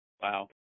Wow